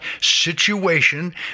situation